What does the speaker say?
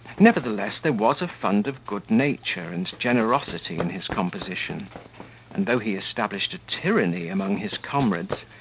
nevertheless there was a fund of good nature and generosity in his composition and though he established a tyranny among his comrades,